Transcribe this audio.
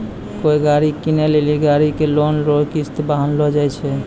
कोय गाड़ी कीनै लेली गाड़ी के लोन रो किस्त बान्हलो जाय छै